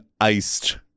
iced